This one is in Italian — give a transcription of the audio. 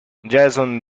jason